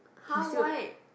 how why